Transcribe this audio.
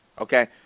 okay